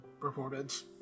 performance